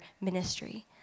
ministry